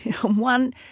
one